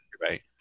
right